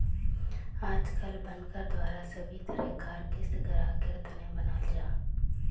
आजकल बनकर द्वारा सभी तरह कार क़िस्त ग्राहकेर तने बनाल जाहा